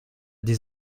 des